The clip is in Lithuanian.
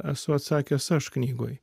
esu atsakęs aš knygoj